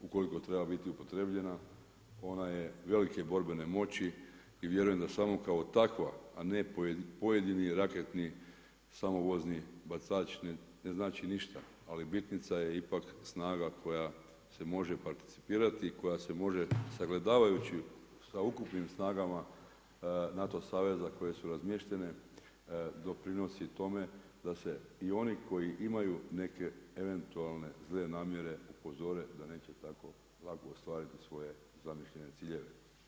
Ukoliko treba biti upotrebljena, ona je velike borbene moći i vjerujem da samo kao takva a ne pojedini raketni samovozni bacači ne znači ništa, ali bitnica je ipak snaga koja se može participirati i koja se može sagledavajući sa ukupnim snagama NATO saveza, koje su razmještene, doprinosi tome da se i oni koji imaju neke eventualne zle namjere upozore da neće tako lako ostvariti svoje zamišljene ciljeve.